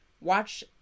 watch